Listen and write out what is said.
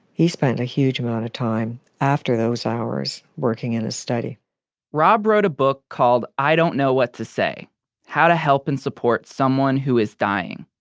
he spent a huge amount of time after those hours working in his study rob wrote a book called, i don't know what to say how to help and support someone who is dying.